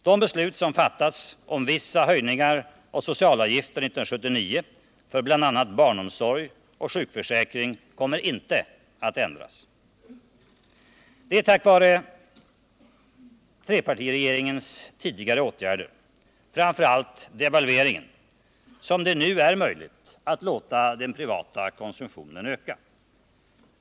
De beslut som fattats om vissa höjningar av socialavgifter 1979 för bl.a. barnomsorg och sjukförsäkring kommer inte att ändras. Det är tack vare trepartiregeringens tidigare åtgärder — framför allt devalveringen — som det nu är möjligt att låta den privata konsumtionen öka.